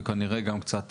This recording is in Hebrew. וכנראה גם קצת אחרי.